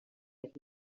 that